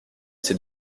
c’est